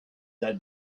that